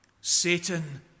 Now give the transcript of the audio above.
Satan